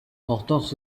hortense